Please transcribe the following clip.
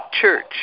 church